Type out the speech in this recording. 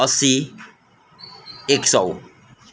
असी एक सौ